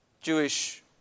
Jewish